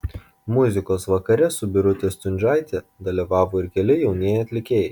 muzikos vakare su birute stundžiaite dalyvavo ir keli jaunieji atlikėjai